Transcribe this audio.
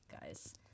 guys